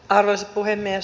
arvoisa puhemies